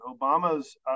Obama's